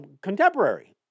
contemporary